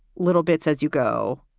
little bits as you go.